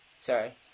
Sorry